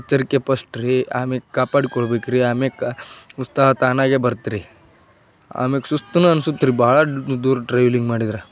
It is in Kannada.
ಎಚ್ಚರಿಕೆ ಪಸ್ಟ್ ರೀ ಆಮ್ಯಾಲ್ ಕಾಪಾಡಿಕೊಳ್ಳಬೇಕ್ರಿ ಆಮ್ಯಾಲ ಉತ್ಸಾಹ ತಾನಾಗೆ ಬರ್ತೆ ರೀ ಆಮ್ಯಾಲ್ ಸುಸ್ತೂ ಅನಿಸುತ್ರಿ ಭಾಳ ದೂರ ಟ್ರಾವೆಲಿಂಗ್ ಮಾಡಿದ್ರೆ